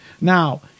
Now